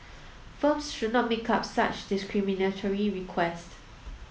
firms should not make up such discriminatory requests